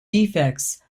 defects